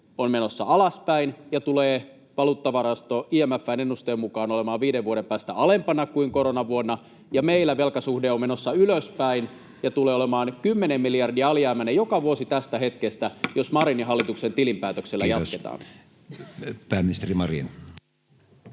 on menossa alaspäin ja tulee valuuttarahasto IMF:n ennusteen mukaan olemaan viiden vuoden päästä alempana kuin koronavuonna ja meillä velkasuhde on menossa ylöspäin ja tulee olemaan kymmenen miljardia alijäämäinen joka vuosi tästä hetkestä, jos Marinin hallituksen tilinpäätöksellä jatketaan. [Speech 38] Speaker: Matti